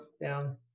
down